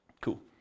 Cool